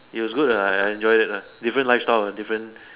it was good uh I enjoy it lah different lifestyle and different